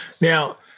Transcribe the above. Now